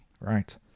right